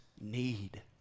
need